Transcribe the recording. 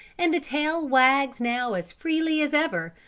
and the tail wags now as freely as ever,